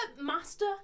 master